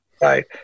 Right